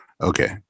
Okay